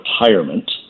retirement